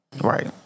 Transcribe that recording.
Right